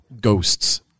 ghosts